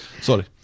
Sorry